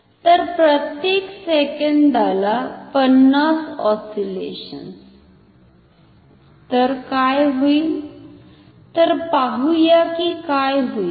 तर प्रत्येक सेकंदाला 50 ऑस्सिलेशन तर काय होईल तर पाहुया की काय होईल